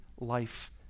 life